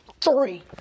three